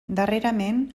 darrerament